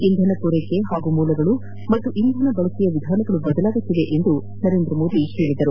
ಇಂಧನ ಪೂರೈಕೆ ಹಾಗೂ ಮೂಲಗಳು ಮತ್ತು ಇಂಧನ ಬಳಕೆಯ ವಿಧಾನಗಳು ಬದಲಾಗುತ್ತಿವೆ ಎಂದು ಅವರು ಹೇಳಿದರು